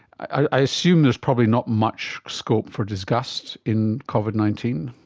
i assume there's probably not much scope for disgust in covid nineteen?